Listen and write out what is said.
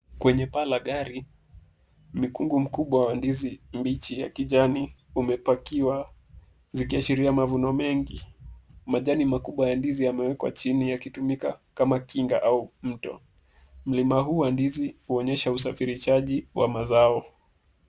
Kwenye paa la gari, mikungu mkubwa wa ndizi mbichi ya kijani umepakiwa zikiashiria mavuno mengi. Majani makubwa ya ndizi yamewekwa chini yakitumika kama kinga au mto. Mlima huu wa ndizi huonyesha usafirishaji wa mazao.